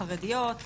חרדיות,